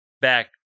back